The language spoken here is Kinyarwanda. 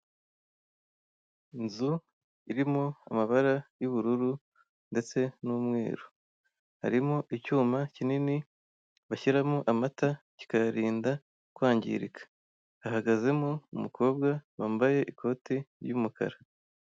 Inzu irimo amabara y'ubururu ndetse n'umweru harimo icyuma kinini bashyiramo amata kikayarinda kwangirika hahagazemo umukobwa wamabye ikote ry'umukara.